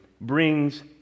brings